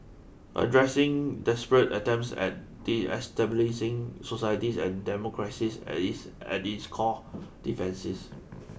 addressing desperate attempts at destabilising societies and democracies as is at its core defences